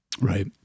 Right